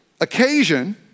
occasion